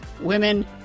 women